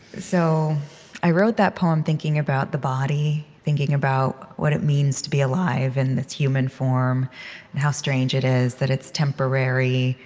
so i wrote that poem thinking about the body, thinking about what it means to be alive in this human form and how strange it is that it's temporary,